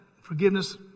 forgiveness